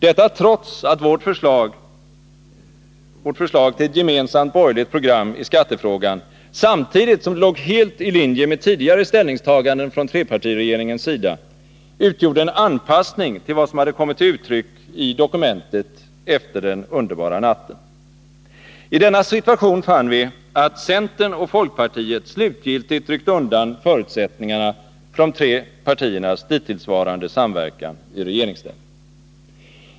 Detta trots att vårt förslag till ett gemensamt borgerligt program i skattefrågan, samtidigt som det låg helt i linje med tidigare ställningstaganden från trepartiregeringens sida, utgjorde en anpassning till vad som hade kommit till uttryck i dokumentet efter den underbara natten. I denna situation fann vi att centern och folkpartiet slutgiltigt ryckt undan förutsättningarna för de tre partiernas dittillsvarande samverkan i regeringsställning.